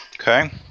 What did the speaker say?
Okay